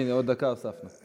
הנה, עוד דקה הוספנו.